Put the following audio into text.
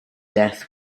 death